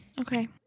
okay